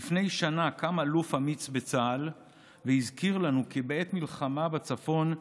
אלא שלפני שנה קם אלוף אמיץ בצה"ל והזכיר לנו כי בעת מלחמה בצפון,